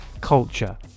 culture